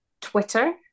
Twitter